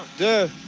the